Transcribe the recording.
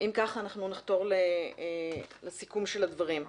אכך, אנחנו נחתור לסיכום הדברים.